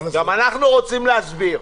גם אנחנו רוצים להסביר.